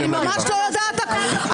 אני ממש לא יודעת הכול.